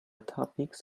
topics